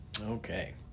Okay